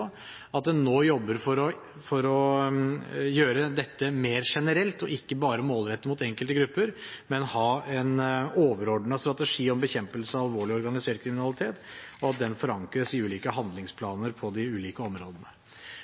at en nå jobber for å gjøre dette mer generelt – ikke bare målrettet mot enkelte grupper, men ha en overordnet strategi for bekjempelse av organisert kriminalitet, og at den forankres i ulike handlingsplaner på de ulike områdene.